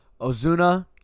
Ozuna